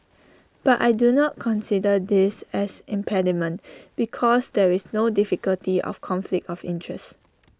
but I do not consider this as impediment because there is no difficulty of conflict of interest